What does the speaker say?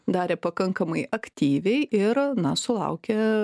darė pakankamai aktyviai ir na sulaukia